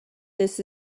this